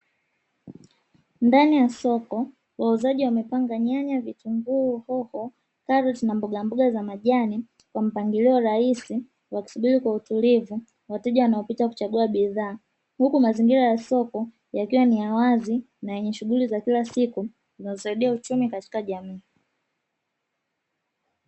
Ndani ya soko wauzaji wamepanga nyanya, vitunguu, hoho, karoti na mboga mboga za majani kwa mpangilio raisi wakisubiri kwa utulivu wateja wanaopita kuchagua bidhaa, huku mazingira ya soko yakiwa ni ya wazi na yenye shughuli za kila siku zinazosaidia uchumi katika jamii.